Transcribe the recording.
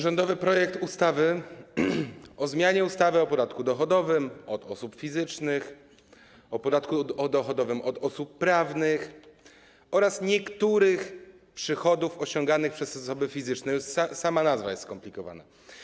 Rządowy projekt ustawy o zmianie ustawy o podatku dochodowym od osób fizycznych, o podatku dochodowym od osób prawnych... od niektórych przychodów osiąganych przez osoby fizyczne - już sama nazwa jest skomplikowana.